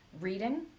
reading